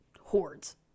hordes